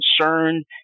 concerned